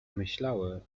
myślały